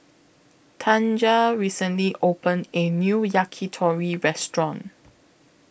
Tanja recently opened A New Yakitori Restaurant